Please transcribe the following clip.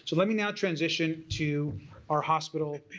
so let me now transition to our hospital